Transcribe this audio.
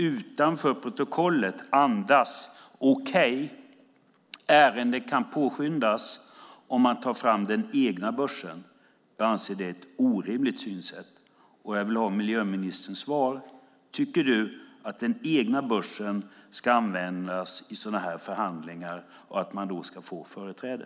Utanför protokollet andas man: Okej, ärendet kan påskyndas om den egna börsen tas fram. Jag anser att det är ett orimligt synsätt. Jag vill ha miljöministerns svar. Tycker du att den egna börsen ska användas i sådana förhandlingar för att man ska få företräde?